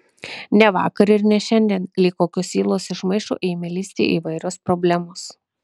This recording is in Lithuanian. ne vakar ir ne šiandien lyg kokios ylos iš maišo ėmė lįsti įvairios problemos